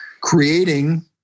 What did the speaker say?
creating